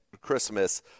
Christmas